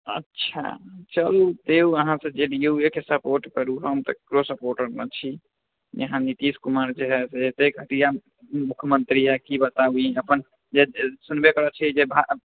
अच्छा चलु देउ अहाँ सभ जे डी यू के सपोर्ट करु हम तऽ ककरो सपोर्टर नहि छी यहाँ नीतीश कुमार जे है से अत्ते घटिया मुख्यमन्त्री है की बताबी अपन जे सुनबै करै छियै जे